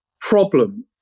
problem